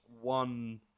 one